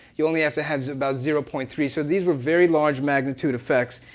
you only have to have about zero point three. so these were very large magnitude effects.